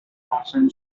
often